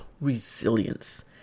resilience